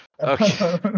Okay